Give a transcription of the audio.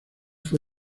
fue